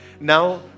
Now